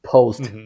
Post